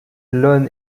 lon